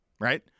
right